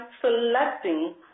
selecting